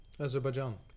Azerbaijan